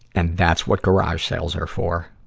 and that's what garage sales are for.